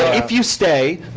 if you stay,